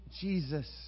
Jesus